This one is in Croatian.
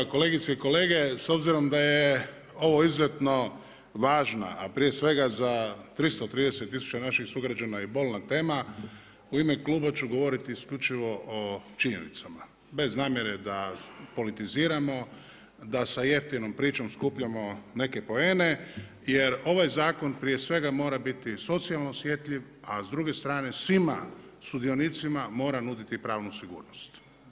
Kolegice i kolege, s obzirom da je ovo izuzetno važna a prije svega za 330 naših sugrađana i bolna tema, u ime kluba ću govoriti isključivo o činjenicama bez namjere da politiziramo, da sa jeftinom pričamo skupljamo neke poene jer ovaj zakon prije svega mora biti socijalno osjetljiv a s druge strane, svima sudionicima mora nuditi pravnu sigurnost.